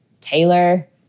Taylor